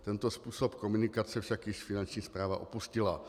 Tento způsob komunikace však již Finanční správa opustila.